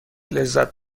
لذت